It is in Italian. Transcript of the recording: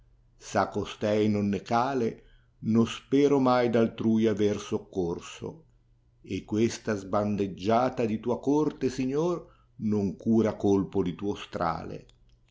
a costei non ne cale no spero mai d'altrui aver soccorso questa sbandeggiata di tua corte signor non cura colpo di tuo strale